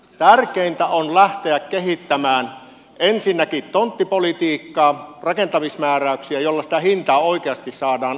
tärkeintä on lähteä kehittämään ensinnäkin tonttipolitiikkaa rakentamismääräyksiä joilla sitä hintaa oikeasti saadaan alas